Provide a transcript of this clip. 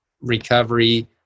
recovery